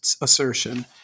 assertion